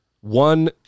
one